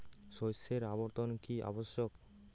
শস্যের আবর্তন কী আবশ্যক?